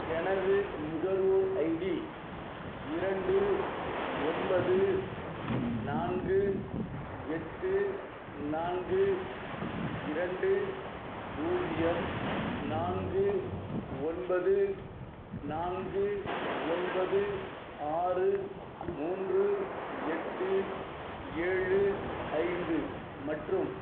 எனது நுகர்வோர் ஐடி இரண்டு ஒன்பது நான்கு எட்டு நான்கு இரண்டு பூஜ்ஜியம் நான்கு ஒன்பது நான்கு ஒன்பது ஆறு மூன்று எட்டு ஏழு ஐந்து மற்றும்